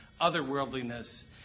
otherworldliness